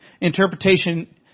interpretation